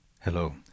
Hello